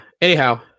Anyhow